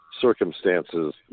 circumstances